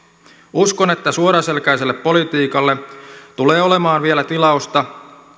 uskon että suoraselkäiselle politiikalle tulee olemaan vielä tilausta